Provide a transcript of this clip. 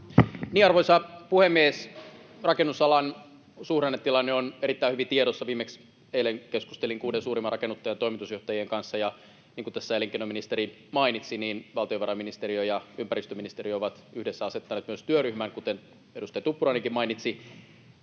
Arvoisa puhemies! Rakennusalan suhdannetilanne on erittäin hyvin tiedossa. Viimeksi eilen keskustelin kuuden suurimman rakennuttajan toimitusjohtajien kanssa, ja niin kuin tässä elinkeinoministeri mainitsi ja edustaja Tuppurainenkin mainitsi, valtiovarainministeriö ja ympäristöministeriö ovat yhdessä asettaneet myös työryhmän. Keinot kannattaa